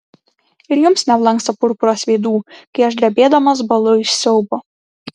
ir jums neblanksta purpuras veidų kai aš drebėdamas bąlu iš siaubo